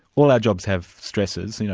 all our jobs have stresses, you know,